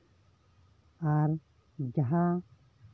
ᱟᱨ ᱡᱟᱦᱟᱸ